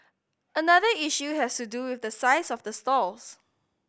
another issue has to do with the size of the stalls